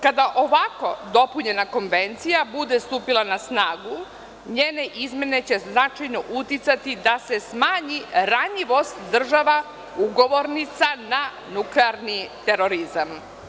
Kada ovako dopunjena Konvencija bude stupila na snagu, njene izmene će značajno uticati da se smanji ranjivost država ugovornica na nuklearni terorizam.